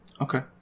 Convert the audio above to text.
Okay